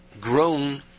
grown